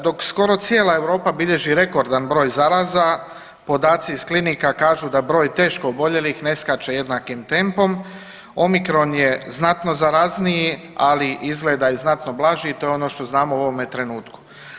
Dok skoro cijela Europa bilježi rekordan broj zaraza, podaci iz klinika kažu da broj teško oboljelih ne skače jednakim tempom, omikron je znatno zarazniji, ali izgleda i znatno blaži, to je ono što znamo u ovome trenutku.